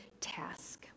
task